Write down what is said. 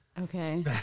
Okay